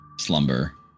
slumber